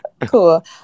Cool